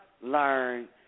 learn